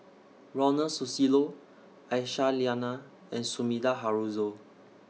Ronald Susilo Aisyah Lyana and Sumida Haruzo